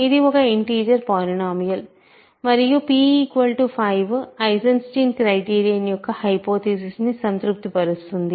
ఇది ఒక integer polynomial అప్పుడు p5 ఐసెన్స్టీన్ క్రైటీరియన్ యొక్క హైపోథీసిస్ ను సంతృప్తిపరుస్తుంది